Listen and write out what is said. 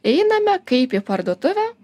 einame kaip į parduotuvę